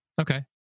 Okay